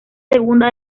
segunda